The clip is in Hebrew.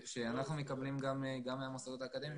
ואנחנו מקבלים גם מהמוסדות האקדמיים